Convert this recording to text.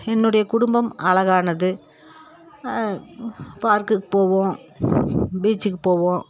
என்னுடைய குடும்பம் அழகானது பார்க்குக்கு போவோம் பீச்சுக்கு போவோம்